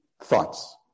Thoughts